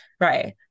Right